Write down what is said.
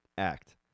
act